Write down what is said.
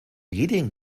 medien